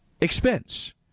expense